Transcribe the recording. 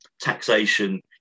taxation